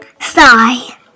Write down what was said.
Sigh